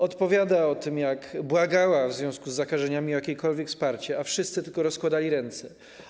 Opowiada o tym, jak błagała w związku z zakażeniami o jakiekolwiek wsparcie, a wszyscy tylko rozkładali ręce.